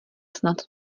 snad